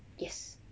yes